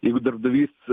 jeigu darbdavys